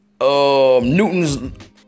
Newton's